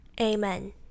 amen